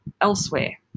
elsewhere